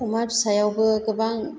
अमा फिसायावबो गोबां